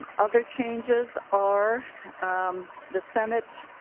other changes are the senate